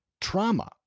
trauma